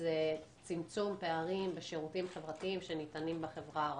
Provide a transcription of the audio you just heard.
צמצום הפערים בשירותים החברתיים שניתנים בחברה הערבית.